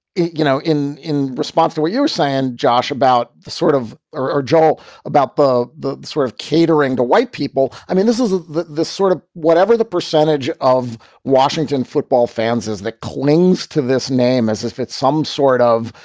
you know, in in response to what you were saying, josh, about sort of are jol about the the sort of catering to white people. i mean, this is ah the the sort of whatever the percentage of washington football fans is that clings to this name as if it's some sort of,